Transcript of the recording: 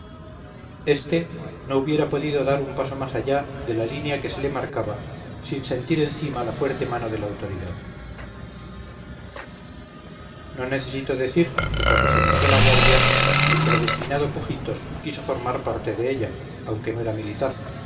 este no hubiera podido dar un paso más allá de la línea que se le marcara sin sentir encima la fuerte mano de la autoridad no necesito decir que cuando se montó la guardia el predestinado pujitos quiso formar parte de ella aunque no era militar